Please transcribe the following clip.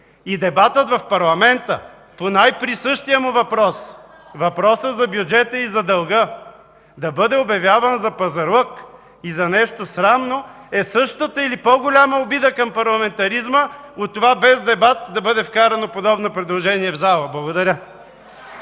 И дебатът в парламента по най-присъщия му въпрос – въпросът за бюджета и за дълга, да бъде обявяван за пазарлък и за нещо срамно, е същата или по-голяма обида към парламентаризма от това без дебат да бъде вкарано подобно предложение в залата. Благодаря.